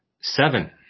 seven